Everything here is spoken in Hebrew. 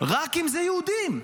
רק אם זה יהודים.